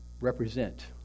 represent